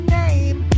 name